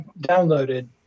downloaded